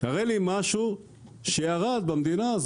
משהו שירד במדינה.